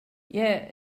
yeah